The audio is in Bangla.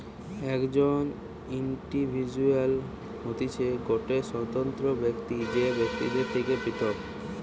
একজন ইন্ডিভিজুয়াল হতিছে গটে স্বতন্ত্র ব্যক্তি যে বাকিদের থেকে পৃথক